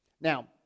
Now